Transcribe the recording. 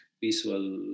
visual